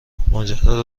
ماجرا